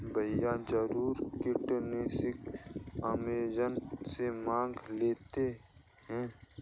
भैया जरूरी कीटनाशक अमेजॉन से मंगा लेते हैं